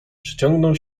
przeciągnął